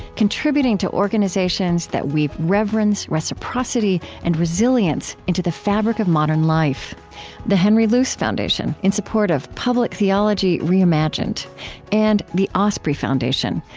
contributing to organizations that weave reverence, reciprocity, and resilience into the fabric of modern life the henry luce foundation, in support of public theology reimagined and the osprey foundation,